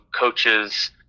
coaches